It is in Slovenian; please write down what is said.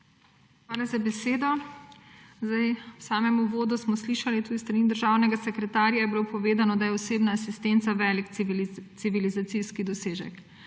Hvala za besedo. V samem uvodu smo slišali, tudi s strani državnega sekretarja je bilo povedano, da je osebna asistenca velik civilizacijski dosežek.